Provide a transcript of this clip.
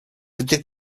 gdy